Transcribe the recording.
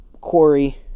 quarry